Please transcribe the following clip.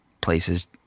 places